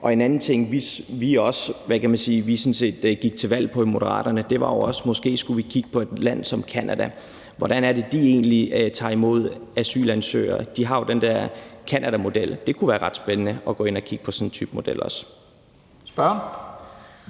dag. En anden ting, vi gik til valg på i Moderaterne, var også det her med, om vi måske skulle kigge på et land som Canada, og hvordan det egentlig er, at de tager imod asylansøgere. De har jo den der canadamodel. Det kunne også være ret spændende at gå ind og kigge på sådan en type model. Kl.